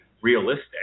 realistic